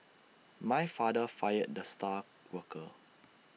my father fired the star worker